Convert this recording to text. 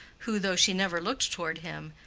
who, though she never looked toward him,